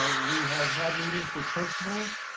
ah we have had meetings with principals.